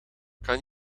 kan